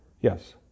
yes